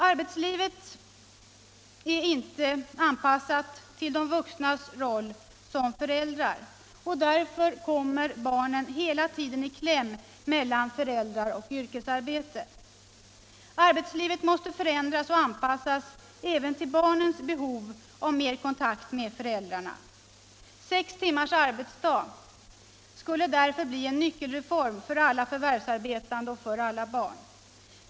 Arbetslivet är inte anpassat till de vuxnas roll som föräldrar, och därför kommer barnen hela tiden i kläm mellan föräldrar och yrkesarbete. Arbetslivet måste förändras och anpassas även till barnens behov av mer kontakt med föräldrarna. Sex timmars arbetsdag skulle därför bli en nyckelreform för alla förvärvsarbetande och för alla barn.